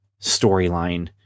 storyline